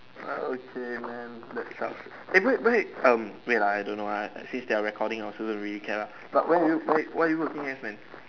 okay man that's sucks eh wait wait um wait ah I don't know lah since they are recording I also don't really care lah but where are you where are you working as man